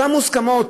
אותן מוסכמות,